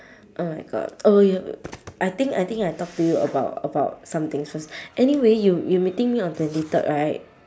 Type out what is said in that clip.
oh my god oh we have I think I think I talk to you about about somethings first anyway you you meeting me on twenty third right